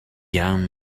young